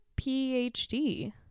PhD